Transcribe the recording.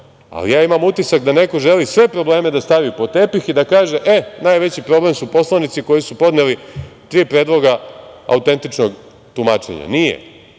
ali ja imam utisak da neko želi da sve probleme stavi pod tepih i da kaže – e, najveći problem su poslanici koji su podneli tri predloga autentičnog tumačenja. Nije,